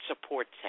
supports